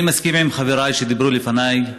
אני מסכים עם חבריי שדיברו לפניי,